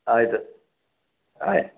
ಆಯಿತು ಆಯ್ತು